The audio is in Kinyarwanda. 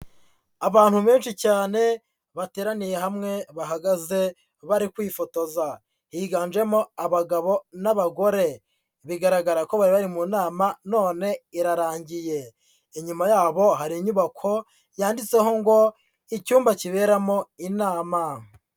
Abantu benshi cyane bateraniye hamwe bahagaze bari kwifotoza, higanjemo abagabo n'abagore bigaragara ko bari bari mu nama none irarangiye, inyuma yabo hari inyubako yanditseho ngo icyumba kiberamo inama.